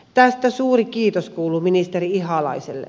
tästä suuri kiitos kuuluu ministeri ihalaiselle